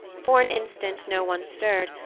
for an instant no one stirred,